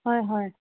হয় হয়